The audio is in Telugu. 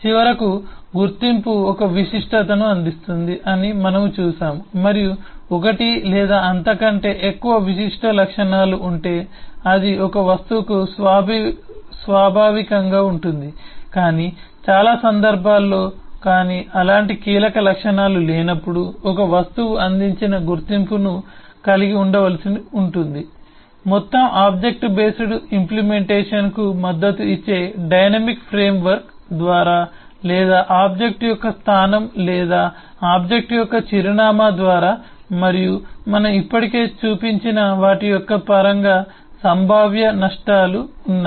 చివరకు గుర్తింపు ఒక విశిష్టతను అందిస్తుంది అని మనము చూశాము మరియు ఒకటి లేదా అంతకంటే ఎక్కువ విశిష్ట లక్షణాలు ఉంటే అది ఒక వస్తువుకు స్వాభావికంగా ఉంటుంది కానీ చాలా సందర్భాల్లో కానీ అలాంటి కీలక లక్షణాలు లేనప్పుడు ఒక వస్తువు అందించిన గుర్తింపును కలిగి ఉండవలసి ఉంటుంది మొత్తం ఆబ్జెక్ట్ బేస్డ్ ఇంప్లిమెంటేషన్కు మద్దతు ఇచ్చే డైనమిక్ ఫ్రేమ్వర్క్ ద్వారా లేదా ఆబ్జెక్ట్ యొక్క స్థానం లేదా ఆబ్జెక్ట్ యొక్క చిరునామా ద్వారా మరియు మనం ఇప్పటికే చూపించిన వాటి యొక్క పరంగా సంభావ్య నష్టాలు ఉన్నాయి